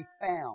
found